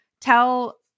tell